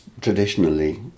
traditionally